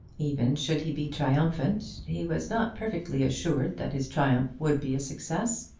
even should he be triumphant, he was not perfectly assured that his triumph would be a success.